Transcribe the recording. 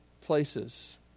places